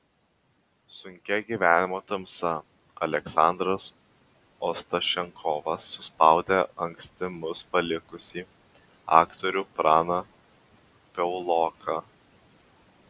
sunkia gyvenimo tamsa aleksandras ostašenkovas suspaudė anksti mus palikusį aktorių praną piauloką